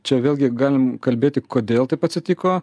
čia vėlgi galim kalbėti kodėl taip atsitiko